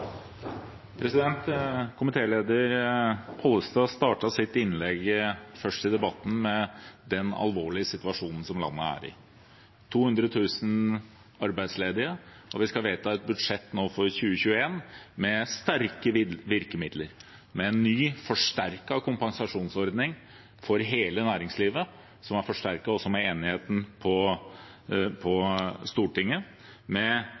Pollestad startet sitt innlegg først i debatten med den alvorlige situasjonen som landet er i. Det er 200 000 arbeidsledige, og vi skal vedta et budsjett for 2021 med sterke virkemidler, med en ny, forsterket kompensasjonsordning for hele næringslivet, som også er forsterket med enigheten på Stortinget, med viktige satsingsområder for maritim sektor, med satsinger innenfor samferdsel, med